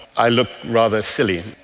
i look rather silly.